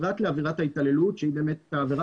פרט לעבירת ההתעללות שהיא באמת העבירה